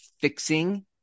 fixing